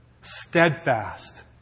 steadfast